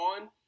on